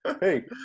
Hey